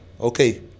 okay